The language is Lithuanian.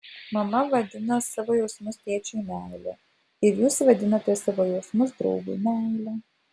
mama vadina savo jausmus tėčiui meile ir jūs vadinate savo jausmus draugui meile